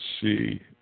see